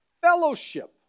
fellowship